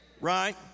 right